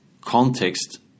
context